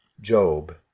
job